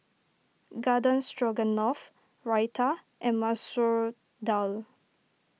Garden Stroganoff Raita and Masoor Dal